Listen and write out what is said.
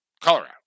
Colorado